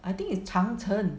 I think it's 长城